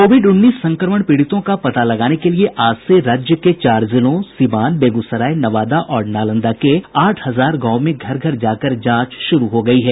Covid उन्नीस संक्रमण पीड़ितों का पता लगाने के लिए आज से राज्य के चार जिलों सीवान बेगूसराय नवादा और नालंदा के आठ हजार गांवों में घर घर जाकर जांच शुरू हो गयी है